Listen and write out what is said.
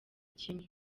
kimwe